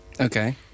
Okay